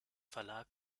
verlag